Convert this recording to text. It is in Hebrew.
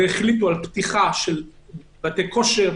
והחליטו על פתיחה של חדרי כושר,